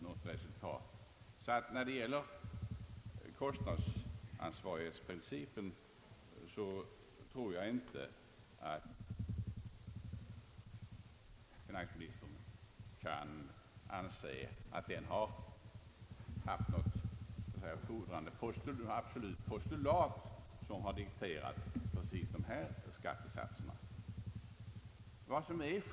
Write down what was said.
Jag tror inte att finansministern kan påstå, att kostnadsansvarighetsprincipen har innefattat ett absolut postulat som dikterat exakt de skattesatser som finansministern föreslagit.